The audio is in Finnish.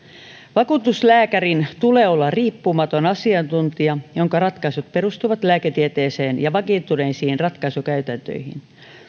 vakuutuslääkärin tulee olla riippumaton asiantuntija jonka ratkaisut perustuvat lääketieteeseen ja vakiintuneisiin ratkaisukäytäntöihin